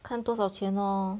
看多少钱 lor